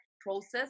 process